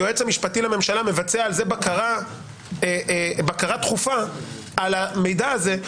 היועץ המשפטי לממשלה מבצע בקרה דחופה על המידע הזה,